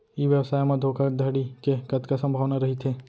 ई व्यवसाय म धोका धड़ी के कतका संभावना रहिथे?